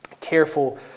careful